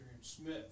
Smith